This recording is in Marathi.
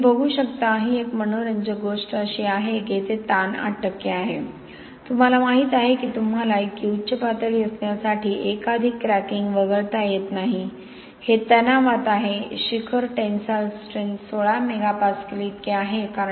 आणि तुम्ही बघू शकता मनोरंजक गोष्ट अशी आहे की येथे ताण 8 टक्के आहे तुम्हाला माहित आहे की तुम्हाला इतकी उच्च पातळी असण्यासाठी एकाधिक क्रॅकिंग वगळता येत नाही हे तणावात आहे शिखर टेन्साइलस्ट्रेन्थ्स 16 मेगापास्कल इतकी आहे